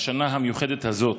בשנה המיוחדת הזאת.